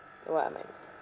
what I meant